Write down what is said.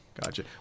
Gotcha